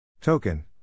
Token